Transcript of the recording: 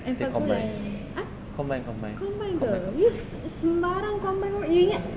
combine combine combine combine combine